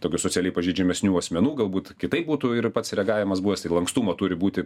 tokių socialiai pažeidžiamesnių asmenų galbūt kitaip būtų ir pats reagavimas buvęs tai lankstumo turi būti